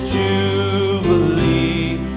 jubilee